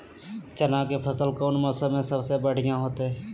चना के फसल कौन मौसम में सबसे बढ़िया होतय?